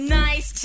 nice